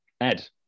Ed